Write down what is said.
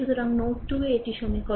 সুতরাং নোড 2 এ এটি সমীকরণ